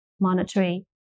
monetary